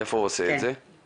איפה הוא ממלא את הצהרת הבידוד,